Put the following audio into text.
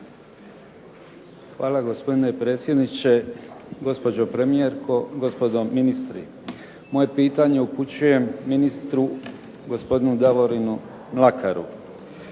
Hvala, gospodine predsjedniče. Gospođo premijerko, gospodo ministri. Moje pitanje upućujem ministru gospodinu Davorinu Mlakaru.